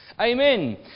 Amen